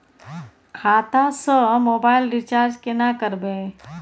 खाता स mobile recharge केना करबे?